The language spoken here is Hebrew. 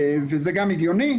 וזה גם הגיוני,